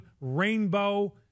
rainbow